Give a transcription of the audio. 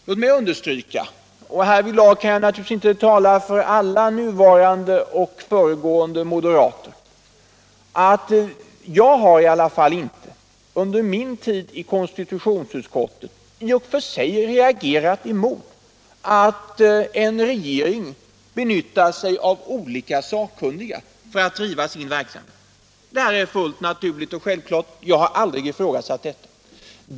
Låt mig understryka — härvidlag kan jag naturligtvis inte tala för alla nuvarande och föregående moderater — att jag under min tid i konstitutionsutskottet inte reagerat mot att regeringen använder olika sakkunniga för att driva sin verksamhet. Det är fullt naturligt och självklart. Jag har aldrig ifrågasatt detta.